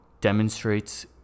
demonstrates